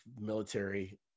military